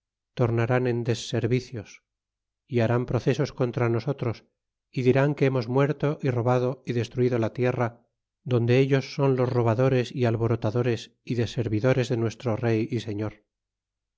tornarán en deservicios y harán procesos contra nosotros y dirán que hemos muerto y robado y destruido la tierra donde ellos son los robadores y alborotadores y deservidores de nuestro rey y señor